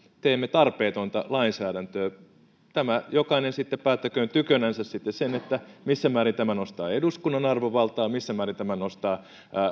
teemme tarpeetonta lainsäädäntöä tämän jokainen sitten päättäköön tykönänsä sitten missä määrin tämä nostaa eduskunnan arvovaltaa missä määrin tämä nostaa